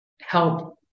help